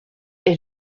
est